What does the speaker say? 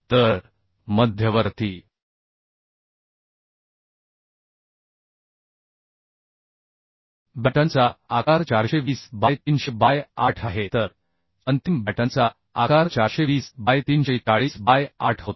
तर मध्यवर्ती बॅटनचा आकार 420 बाय 300 बाय 8 आहे तर अंतिम बॅटनचा आकार 420 बाय 340 बाय 8 होता